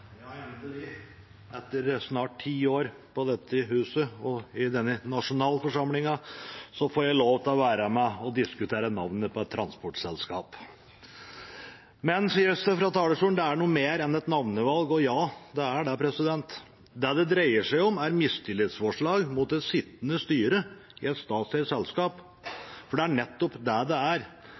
etter snart ti år på dette huset og i denne nasjonalforsamlingen, får jeg lov til å være med og diskutere navnet på et transportselskap. Men, sies det fra talerstolen, dette er noe mer enn et navnevalg. Og ja, det er det. Det det dreier seg om, er mistillitsforslag mot et sittende styre i et statseid selskap – for det er nettopp det det er. Her ber man statsråden om å overstyre det som er